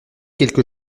quelque